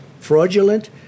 fraudulent